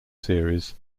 series